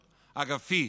אגפי,